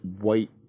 white